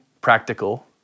practical